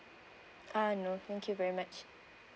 uh no thank you very much